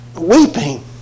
weeping